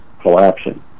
collapsing